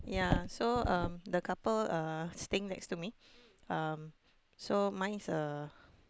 yeah so um the couple uh staying next to me um so mine is a